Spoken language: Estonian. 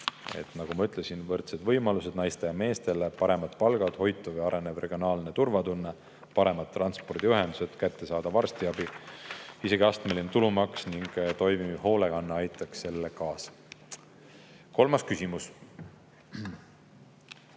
Nagu ma ütlesin, võrdsed võimalused naistele ja meestele, paremad palgad, hoitud ja arenev regionaalne turvatunne, paremad transpordiühendused, kättesaadav arstiabi, isegi astmeline tulumaks ning toimiv hoolekanne aitaksid sellele kaasa. Kolmas küsimus: